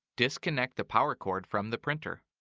disconnect the power cord from the printer.